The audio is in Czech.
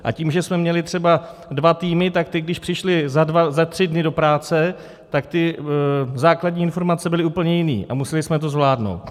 A tím, že jsme měli třeba dva týmy, tak ty když přišly za dva tři dny do práce, tak ty základní informace byly úplně jiné a museli jsme to zvládnout.